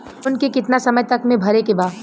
Loan के कितना समय तक मे भरे के बा?